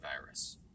Virus